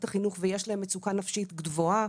החינוך ושיש להם מצוקה נפשית גבוהה,